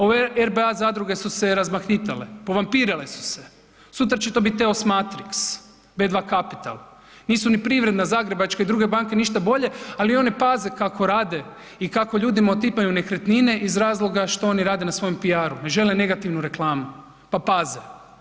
Ove RBA zadruge su se razmahnitale, povampirile su se, sutra će to biti evo biti Smatrix, B2 Kapital, nisu ni Privredna, Zagrebačka ni druge banke ništa bolje, ali one paze kako rade i kako ljudima otipaju nekretnine iz razloga što oni rade na svom PR-a, ne žele negativnu reklamu, pa paze.